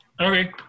okay